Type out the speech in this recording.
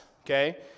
okay